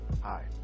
Hi